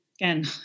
again